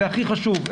זה הכי חשוב,